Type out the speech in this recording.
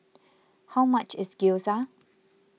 how much is Gyoza